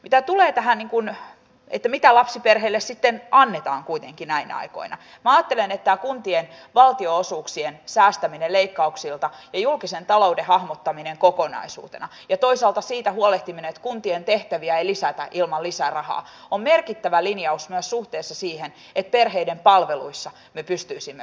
mitä tulee tähän että mitä lapsiperheille sitten annetaan kuitenkin näinä aikoina minä ajattelen että tämä kuntien valtionosuuksien säästäminen leikkauksilta ja julkisen talouden hahmottaminen kokonaisuutena ja toisaalta siitä huolehtiminen että kuntien tehtäviä ei lisätä ilman lisärahaa on merkittävä linjaus myös suhteessa siihen että perheiden palveluissa me pystyisimme parempaan